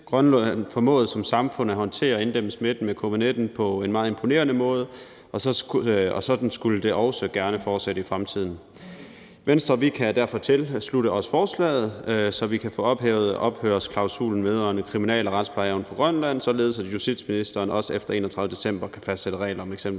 Grønland formåede som samfund at håndtere og inddæmme smitten med covid-19 på en meget imponerende måde, og sådan skulle det også gerne fortsætte i fremtiden. Venstre kan derfor tilslutte sig forslaget, fordi vi derved kan få ophævet ophørsklausulen vedrørende kriminalloven og retsplejeloven for Grønland, således at justitsministeren også efter den 31. december kan fastsætte regler om eksempelvis